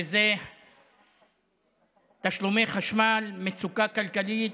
וזה תשלומי חשמל ומצוקה כלכלית,